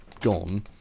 gone